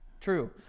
True